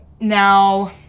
now